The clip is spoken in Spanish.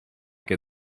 que